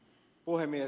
puhemies